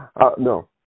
No